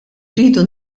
rridu